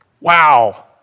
Wow